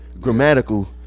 Grammatical